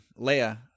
Leia